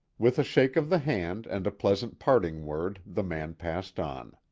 with a shake of the hand and a pleasant parting word the man passed on.